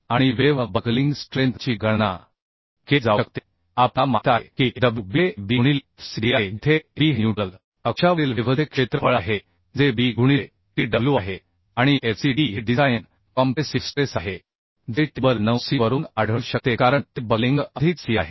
आणि web buckling स्ट्रेंथची गणना केली जाऊ शकते आपल्याला माहित आहे की Fwb हेAb गुणिले Fcdआहे जेथे Ab हे न्यूट्रल अक्षावरील वेव्हचे क्षेत्रफळ आहे जे b गुणिले Tw आहे आणि Fcd हे डिझाइन कॉम्प्रेसिव्ह स्ट्रेस आहे जे टेबल 9 सी वरून आढळू शकते कारण ते बकलिंग अधिक सी आहे